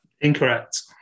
Incorrect